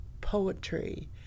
poetry